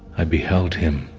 i'd be held him.